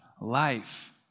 life